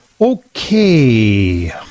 Okay